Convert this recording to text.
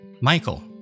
Michael